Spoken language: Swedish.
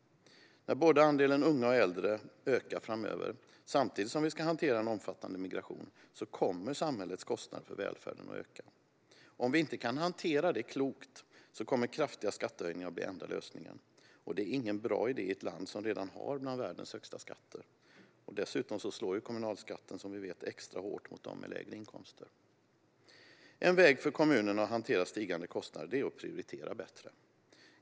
När både andelen unga och andelen äldre ökar framöver, samtidigt som vi ska hantera en omfattande migration, kommer samhällets kostnader för välfärden att öka. Om vi inte kan hantera det klokt kommer kraftiga skattehöjningar att bli den enda lösningen. Det är ingen bra idé i ett land som redan har bland världens högsta skatter. Dessutom slår kommunalskatten, som vi vet, extra hårt mot dem med lägre inkomster. En väg för kommunerna att hantera stigande kostnader är att prioritera bättre.